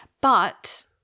but-